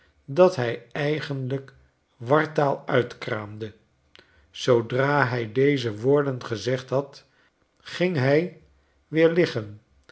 dat hy eigenlijk wartaal uitkraamde zoodra hij deze woorden gezegd had ging hij weer liggen